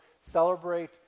celebrate